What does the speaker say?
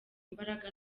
imbaraga